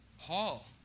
Paul